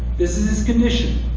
this is his condition.